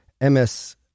M's